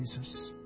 Jesus